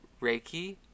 Reiki